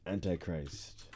Antichrist